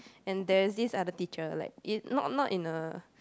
and there's this other teacher like in not not in a